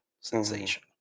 sensation